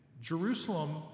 Jerusalem